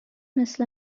مثل